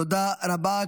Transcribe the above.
תודה רבה.